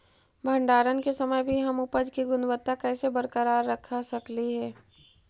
भंडारण के समय भी हम उपज की गुणवत्ता कैसे बरकरार रख सकली हे?